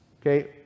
Okay